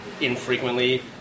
infrequently